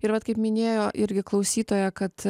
ir vat kaip minėjo irgi klausytoja kad